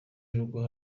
yurugo